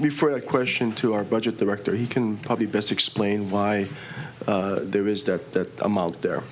be for that question to our budget director he can probably best explain why there is that i'm out there